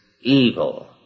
evil